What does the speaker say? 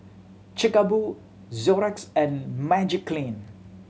Chic a Boo Xorex and Magiclean